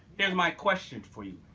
here's my question for you,